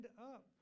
up